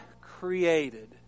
created